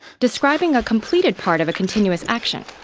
describing a completed part of a continuous action.